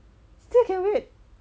still can wait